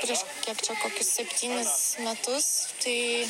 prieš kiek čia kokius septynis metus tai